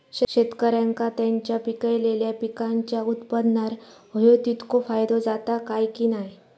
शेतकऱ्यांका त्यांचा पिकयलेल्या पीकांच्या उत्पन्नार होयो तितको फायदो जाता काय की नाय?